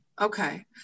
Okay